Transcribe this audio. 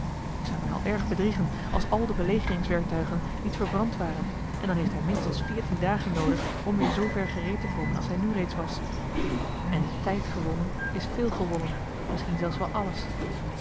ik zou mij al erg bedriegen als al de belegeringswerktuigen niet verbrand waren en dan heeft hij minstens veertien dagen noodig om weer zoover gereed te komen als hij nu reeds was en tijd gewonnen is veel gewonnen misschien zelfs wel alles